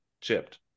chipped